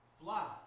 fly